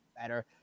better